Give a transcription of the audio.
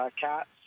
cats